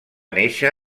néixer